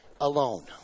alone